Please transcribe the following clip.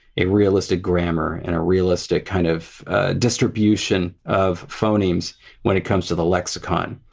a realistic grammar and a realistic kind of ah distribution of phonemes when it comes to the lexicon.